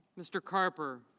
mr. carper.